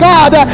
God